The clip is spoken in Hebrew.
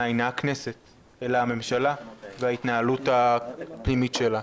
אינה הכנסת אלא הממשלה וההתנהלות הפנימית שלה.